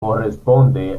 corresponde